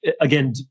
again